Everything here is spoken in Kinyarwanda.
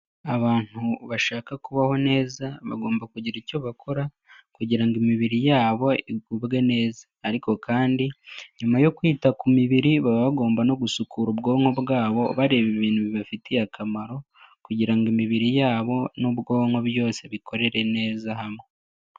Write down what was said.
Abantu bashaka kubaho neza bagomba kugira icyo bakora kugira ngo imibiri yabo igubwe neza, ariko kandi nyuma yo kwita ku mibiri baba bagomba no gusukura ubwonko bwabo bareba ibintu bibafitiye akamaro kugira ngo imibiri yabo n'ubwonko byose bikorere neza hamwe.